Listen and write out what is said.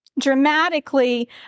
Dramatically